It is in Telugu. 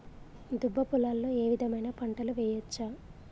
దుబ్బ పొలాల్లో ఏ విధమైన పంటలు వేయచ్చా?